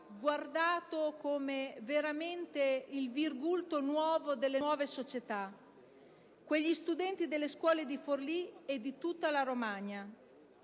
guardato come il virgulto delle nuove società, quegli studenti delle scuole di Forlì e di tutta la Romagna.